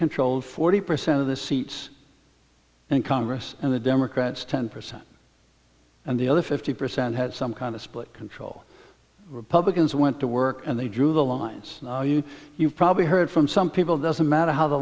controlled forty percent of the seats in congress and the democrats ten percent and the other fifty percent had some kind of split control republicans went to work and they drew the lines you you've probably heard from some people doesn't matter how the